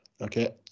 Okay